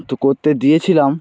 তো করতে দিয়েছিলাম